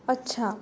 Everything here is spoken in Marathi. अच्छा